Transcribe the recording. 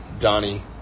Donnie